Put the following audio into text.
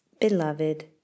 Beloved